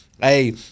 Hey